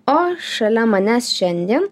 o šalia manęs šiandien